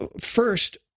first